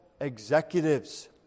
executives